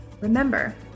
Remember